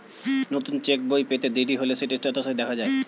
নতুন চেক্ বই পেতে দেরি হলে সেটি স্টেটাসে দেখা যায়